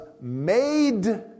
made